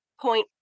point